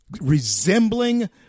resembling